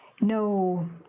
no